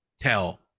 tell